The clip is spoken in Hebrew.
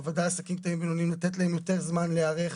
בוודאי לעסקים קטנים ובינוניים לתת יותר זמן להיערך,